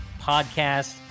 Podcast